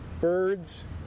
Birds